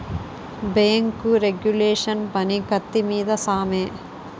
bank regulation పని కత్తి మీద సామే